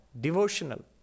devotional